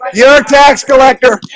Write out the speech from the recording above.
ah your tax collector